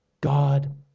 God